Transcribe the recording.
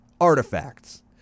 Artifacts